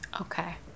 okay